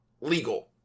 legal